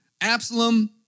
Absalom